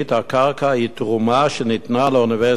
הקרקע היא תרומה שניתנה לאוניברסיטה העברית.